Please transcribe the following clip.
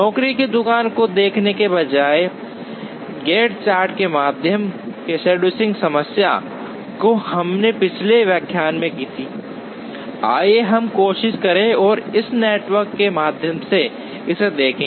नौकरी की दुकान को देखने के बजाय गैंट चार्ट के माध्यम से शेड्यूलिंग समस्या जो हमने पिछले व्याख्यान में की थी आइए हम कोशिश करें और इस नेटवर्क के माध्यम से इसे देखें